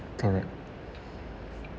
correct